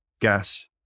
gas